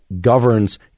governs